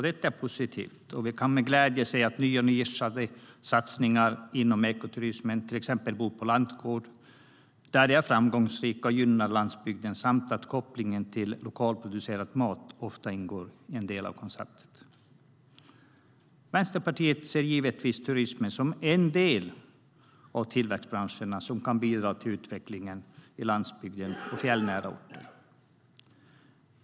Detta är positivt, och vi kan med glädje se att nya nischade satsningar inom ekoturismen, till exempel att bo på lantgård, är framgångsrika och gynnar landsbygden samt att kopplingen till lokalproducerad mat ofta ingår som en del av konceptet. Vänsterpartiet ser givetvis turismen som en del av tillväxtbranscherna som kan bidra till utvecklingen i landsbygden och i fjällnära orter.